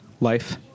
life